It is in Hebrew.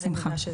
בשמחה.